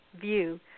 view